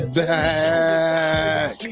back